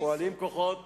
פועלים כוחות